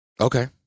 okay